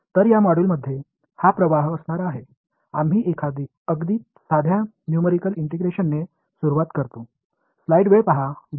तर या मॉड्यूलमध्ये हा प्रवाह असणार आहे आम्ही अगदी साध्या न्यूमेरिकल इंटिग्रेशनने सुरुवात करतो